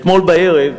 אתמול בערב,